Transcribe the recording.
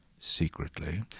secretly